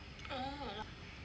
oh